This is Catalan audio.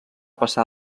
passar